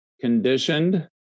conditioned